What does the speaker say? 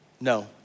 No